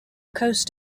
coast